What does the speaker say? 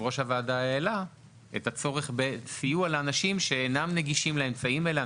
יושב-ראש הוועדה העלה את הצורך בסיוע לאנשים שאינם נגישים לאמצעים האלה,